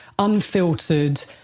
unfiltered